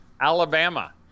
Alabama